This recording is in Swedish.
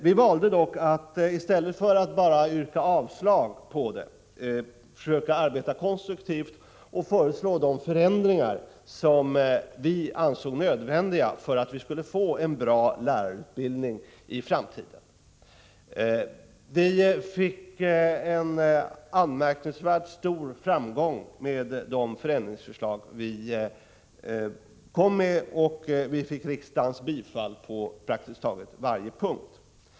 Vi valde dock att i stället för att bara yrka avslag på det försöka arbeta konstruktivt och föreslå de förändringar som vi ansåg nödvändiga för att vi skulle få en bra lärarutbildning i framtiden. Vi fick en anmärkningsvärt stor framgång med de förändringsförslag vi presenterade och fick riksdagens bifall på praktiskt taget varje punkt.